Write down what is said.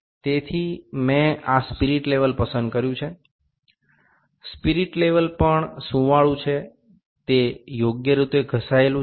તેથી મેં આ સ્પિરિટ લેવલ પસંદ કર્યુ છે સ્પિરિટ લેવલ પણ સુંવાળું છેતે યોગ્ય રીતે ઘસેલું છે